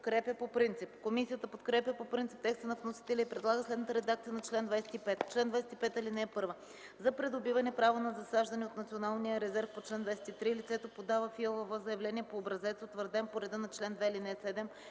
Комисията подкрепя по принцип текста на вносителя и предлага следната редакция на чл. 25: „Чл. 25. (1) За придобиване право на засаждане от Националия резерв по чл. 23 лицето подава в ИАЛВ заявление по образец, утвърден по реда на чл. 2, ал. 7